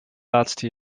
laatste